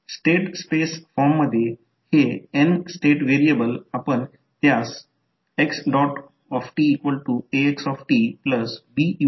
तर येथेही current dot पासून दूर जात आहे येथे देखील करंट डॉट पासून दूर जात आहे दोन्ही कॉइलमध्ये करंट डॉट पासून दूर जात आहे त्या बाबतीत हे चिन्ह असावे क्षमस्व हे चिन्ह नसावे